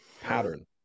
pattern